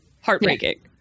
heartbreaking